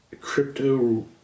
crypto